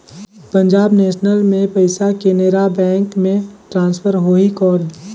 Punjab national ले पइसा Canara bank मे ट्रांसफर होहि कौन?